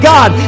God